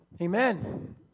Amen